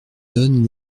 donne